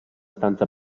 stanza